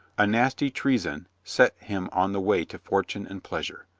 a nasty treason set him on the way to fortune and pleasure.